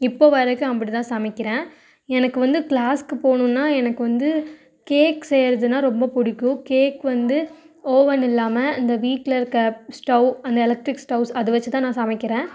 இப்போ வரைக்கும் அப்படி தான் சமைக்கிறேன் எனக்கு வந்து கிளாஸ்க்கு போணுன்னா எனக்கு வந்து கேக்ஸ் செய்யறதுன்னா ரொம்ப பிடிக்கும் கேக் வந்து ஓவன் இல்லாம இந்த வீட்டில் இருக்க ஸ்டவ் அந்த எலக்ட்ரிக் ஸ்டவ்ஸ் அதை வச்சி தான் நான் சமைக்கிறேன்